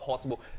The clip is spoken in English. Possible